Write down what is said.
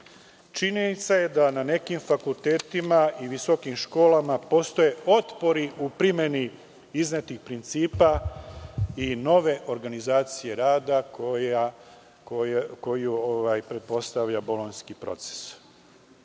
rada. Činjenica je da na nekim fakultetima i visokim školama postoje otpori u primeni iznetih principa i nove organizacije rada koju pretpostavlja bolonjski proces. Jasno